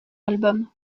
album